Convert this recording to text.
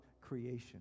creation